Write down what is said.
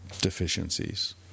deficiencies